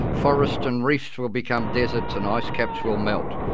forests and reefs will become deserts and icecaps will melt.